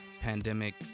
pandemic